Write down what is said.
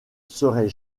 serait